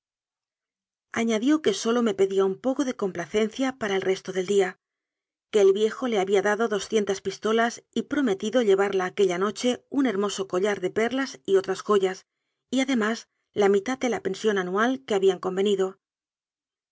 añadió que sólo me pedía un poco de complacencia para el resto del día que el viejo le había dado doscientas pistolas y prometido lle varla aquella noche un hermoso collar de perlas y otras joyas y además la mitad de la pensión anual que habían convenido